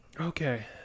Okay